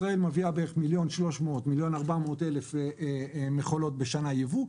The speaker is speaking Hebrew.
ישראל מביאה בערך 1.3 1.4 מיליון מכולות ייבוא בשנה,